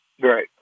Right